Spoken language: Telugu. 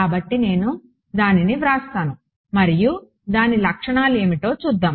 కాబట్టి నేను దానిని వ్రాస్తాను మరియు దాని లక్షణాలు ఏమిటో చూద్దాం